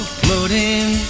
floating